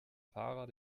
fahrer